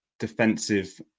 Defensive